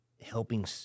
helping